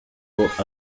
w’uko